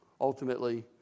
ultimately